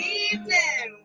evening